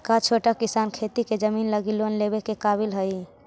का छोटा किसान खेती के जमीन लगी लोन लेवे के काबिल हई?